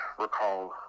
recall